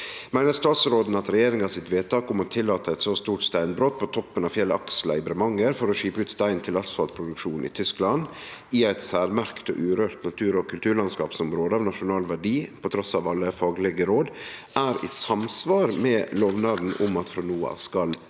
Meiner statsråden at regjeringa sitt vedtak om å tillate eit stort steinbrot på toppen av fjellet Aksla i Bremanger for å skipe ut stein til asfaltproduksjon i Tyskland, i eit særmerkt og urørt natur- og kulturlandskapsområde av nasjonal verdi og på trass av alle faglege råd, er i samsvar med lovnaden om at frå no av skal